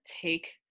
take